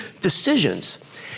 decisions